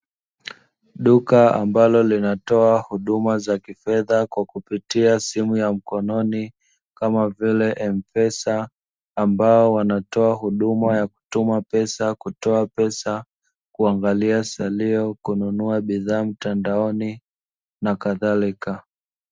Duka ambalo linatoa huduma za kifedha kwa kupitia simu ya mkononi kama vile M pesa, ambao wanatoa huduma ya kutuma pesa, kutoa pesa, kuangalia salio, kununua bidhaa mtandaoni na kadhalika.